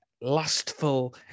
lustful